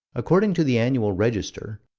according to the annual register,